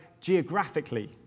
geographically